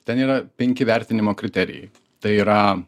ten yra penki vertinimo kriterijai tai yra